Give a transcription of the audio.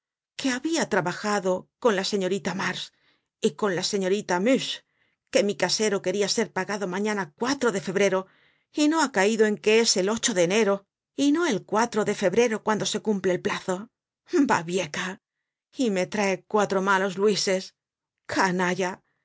que habia trabajado con la señorita mars y con la señorita muche que mi casero queria ser pagado mañana de febrero y no ha caido en que es el de enero y no el de febrero cuando cumple el plazo babieca y me trae cuatro malos luises canalla